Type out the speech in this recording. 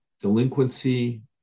delinquency